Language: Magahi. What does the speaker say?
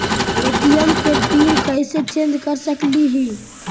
ए.टी.एम के पिन कैसे चेंज कर सकली ही?